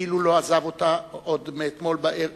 כאילו לא עזב אותה עוד מאתמול בלילה,